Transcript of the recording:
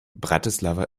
bratislava